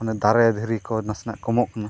ᱚᱱᱟ ᱫᱟᱨᱮ ᱫᱷᱤᱨᱤᱠᱚ ᱱᱟᱥᱮᱱᱟᱜ ᱠᱚᱢᱚᱜ ᱠᱟᱱᱟ